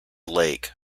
lake